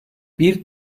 bir